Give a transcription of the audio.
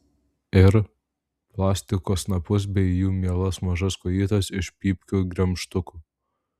ir plastiko snapus bei jų mielas mažas kojytes iš pypkių gremžtukų